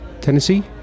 Tennessee